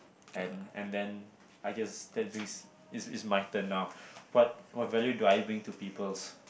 and and then I guess that brings is is my turn now what what value do I bring to peoples'